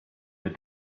your